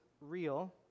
real